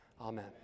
Amen